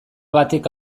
batek